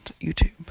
YouTube